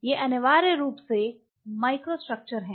ये अनिवार्य रूप से माइक्रोस्ट्रक्चर हैं